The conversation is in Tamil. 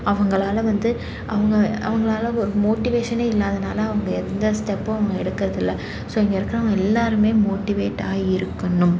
அவங்களால் வந்து அவங்க அவங்களால ஒரு மோட்டிவேஷனே இல்லாதனால் அவங்க எந்த ஸ்டெப்பும் அவங்க எடுக்கிறதில்ல ஸோ இங்கே இருக்கிறவங்க எல்லாேருமே மோட்டிவேட்டாகி இருக்கணும்